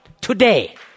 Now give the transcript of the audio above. today